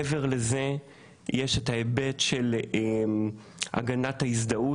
מעבר לזה, יש את ההיבט של הגנת ההזדהות.